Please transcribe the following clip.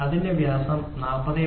അതിന്റെ വ്യാസം 40